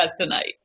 tonight